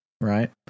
Right